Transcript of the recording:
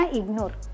ignore